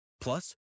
Plus